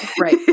Right